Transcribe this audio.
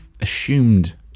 assumed